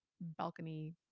balcony